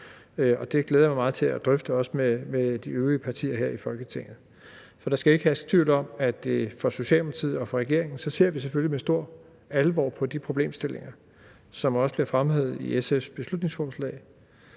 og det glæder jeg mig meget til at drøfte, også med de øvrige partier her i Folketinget; for der skal ikke herske tvivl om, at i Socialdemokratiet og i regeringen ser vi selvfølgelig med stor alvor på de problemstillinger, som også bliver fremhævet i SF's beslutningsforslag,